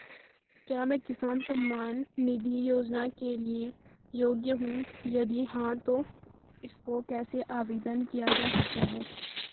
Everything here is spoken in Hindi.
क्या मैं किसान सम्मान निधि योजना के लिए योग्य हूँ यदि हाँ तो इसको कैसे आवेदन किया जा सकता है?